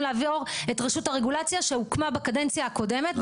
לעבור את רשות הרגולציה שהוקמה בקדנציה הקודמת,